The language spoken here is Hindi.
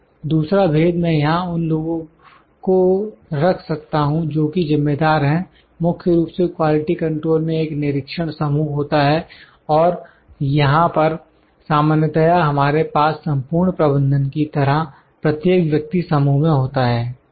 दूसरा भेद मैं यहां उन लोगों को रख सकता हूं जो कि जिम्मेदार हैं मुख्य रूप से क्वालिटी कंट्रोल में एक निरीक्षण समूह होता है और यहां पर सामान्यतया हमारे पास संपूर्ण प्रबंधन की तरह प्रत्येक व्यक्ति समूह में होता है ठीक है